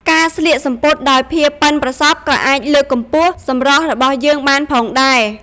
ការស្លៀកសំពត់ដោយភាពប៉ិនប្រសប់ក៏អាចលើកកម្ពស់សម្រស់របស់យើងបានផងដែរ។